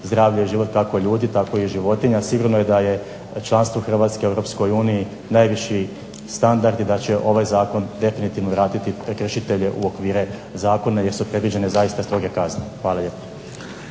zdravlje i život kako ljudi tako i životinja. Sigurno je da je članstvo Hrvatske u EU najviši standard i da će ovaj zakon definitivno vratiti prekršitelj u okvire zakona jer su predviđene zaista stroge kazne. Hvala lijepa.